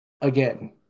again